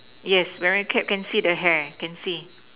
yes wearing cap can see the hair can see